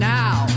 now